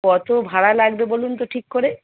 কত ভাড়া লাগবে বলুন তো ঠিক করে